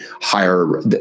higher